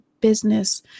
business